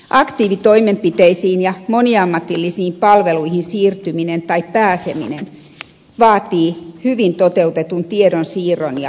aktiivitoimenpiteisiin ja moniammatillisiin palveluihin siirtyminen tai pääseminen vaatii hyvin toteutetun tiedonsiirron ja palveluohjauksen